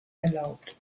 erlaubt